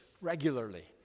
regularly